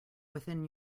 within